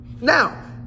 Now